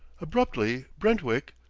abruptly brentwick,